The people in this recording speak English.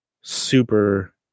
super